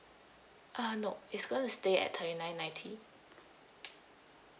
uh no it's going to stay at thirty nine ninety